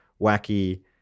wacky